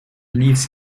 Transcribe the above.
leaves